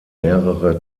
mehrere